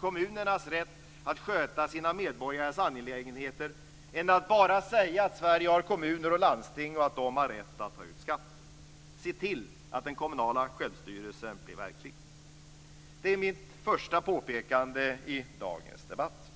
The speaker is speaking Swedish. kommunernas rätt att sköta sina medborgares angelägenheter än att bara säga att Sverige har kommuner och landsting och att de har rätt att ta ut skatt. Se till att den kommunala självstyrelsen blir verklig. Det är mitt första påpekande i dagens debatt.